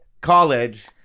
College